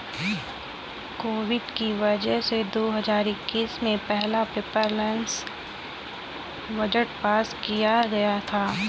Covid की वजह से दो हजार इक्कीस में पहला पेपरलैस बजट पास किया गया था